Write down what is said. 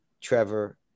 Trevor